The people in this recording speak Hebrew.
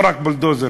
לא רק בולדוזרים.